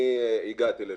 אני הגעתי לשם,